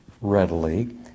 readily